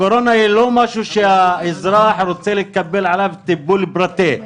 הקורונה היא לא משהו שהאזרח רוצה לקבל עליו טיפול פרטי.